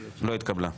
לא התקבלה.